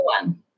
one